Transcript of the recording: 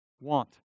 want